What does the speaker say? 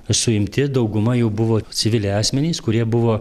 suimti dauguma jų buvo civiliai asmenys kurie buvo